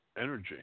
energy